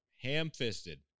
ham-fisted